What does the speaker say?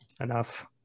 enough